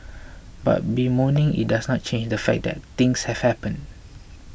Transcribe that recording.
but bemoaning it doesn't change the fact that things have happened